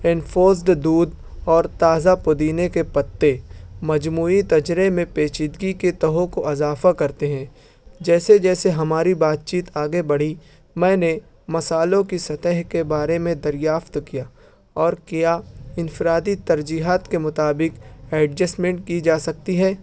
enforced دودھ اور تازہ پودینے کے پتے مجموعی تجرے میں پیچیدگی کے تہوں کو اضافہ کرتے ہیں جیسے جیسے ہماری بات چیت آگے بڑھی میں نے مسالوں کے سطح کے بارے میں دریافت کیا اور کیا انفرادی ترجیہات کے مطابق ایڈجیسٹمنٹ کی جا سکتی ہے